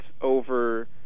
over